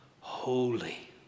holy